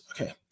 Okay